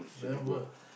never